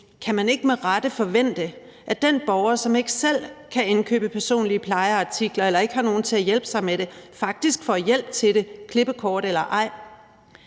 kan man ikke med rette forvente, at den borger, der ikke selv kan indkøbe personlige plejeartikler eller ikke har nogen til at hjælpe sig med det, faktisk får hjælp til det, klippekort eller ej?